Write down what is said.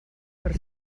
per